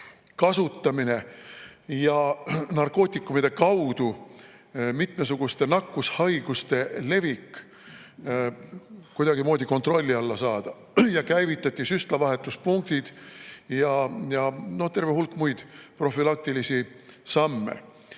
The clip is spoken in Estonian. kasutamine ja narkootikumide kaudu mitmesuguste nakkushaiguste levik kuidagimoodi kontrolli alla saada. Käivitati süstlavahetuspunktid ja terve hulk muid profülaktilisi samme.